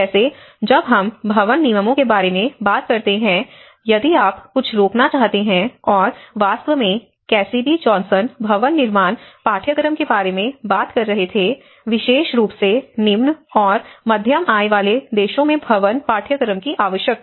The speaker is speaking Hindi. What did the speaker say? जैसे जब हम भवन नियमों के बारे में बात करते हैं यदि आप कुछ रोकना चाहते हैं और वास्तव में कैसिडी जॉनसन भवन निर्माण पाठ्यक्रम के बारे में बात कर रहे थे विशेष रूप से निम्न और मध्यम आय वाले देशों में भवन पाठ्यक्रम की आवश्यकता